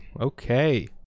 Okay